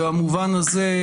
במובן הזה,